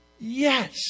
yes